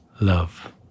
love